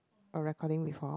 a recording before